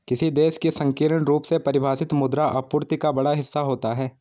किसी देश की संकीर्ण रूप से परिभाषित मुद्रा आपूर्ति का बड़ा हिस्सा होता है